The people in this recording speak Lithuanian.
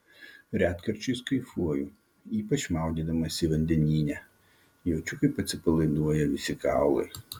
retkarčiais kaifuoju ypač maudydamasi vandenyne jaučiu kaip atsipalaiduoja visi kaulai